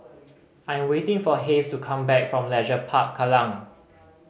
I am waiting for Hays to come back from Leisure Park Kallang